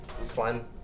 slime